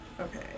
Okay